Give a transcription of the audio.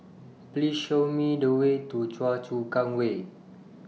Please Show Me The Way to Choa Chu Kang Way